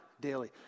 daily